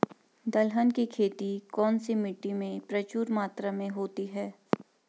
दलहन की खेती कौन सी मिट्टी में प्रचुर मात्रा में होती है?